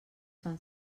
fan